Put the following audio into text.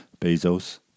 Bezos